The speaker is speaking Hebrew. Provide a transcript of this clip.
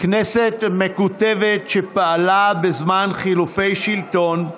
כנסת מקוטבת, שפעלה בזמן חילופי שלטון,